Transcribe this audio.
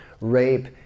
Rape